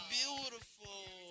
beautiful